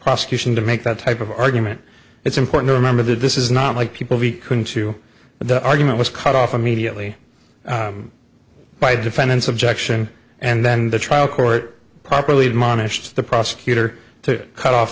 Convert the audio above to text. prosecution to make that type of argument it's important to remember that this is not like people he couldn't to the argument was cut off immediately by defendant's objection and then the trial court properly admonished the prosecutor to cut off